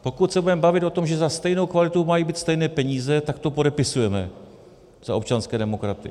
Pokud se budeme bavit o tom, že za stejnou kvalitu mají být stejné peníze, tak to podepisujeme za občanské demokraty.